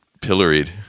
pilloried